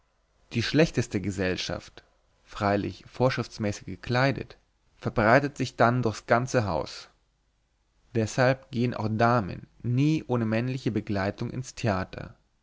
die schlechteste gesellschaft freilich vorschriftsmäßig gekleidet verbreitet sich dann durch's ganze haus deshalb gehen auch damen nie ohne männliche begleitung ins theater